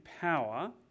power